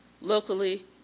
locally